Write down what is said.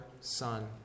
Son